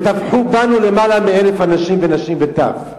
וטבחו בנו למעלה מ-1,000 אנשים ונשים וטף.